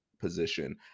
position